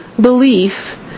belief